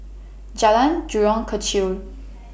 Jalan Jurong Kechil